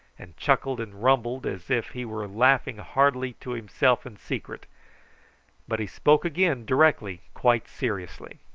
and chuckled and rumbled as if he were laughing heartily to himself in secret but he spoke again directly quite seriously.